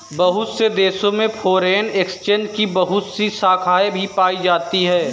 बहुत से देशों में फ़ोरेन एक्सचेंज की बहुत सी शाखायें भी पाई जाती हैं